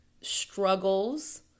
struggles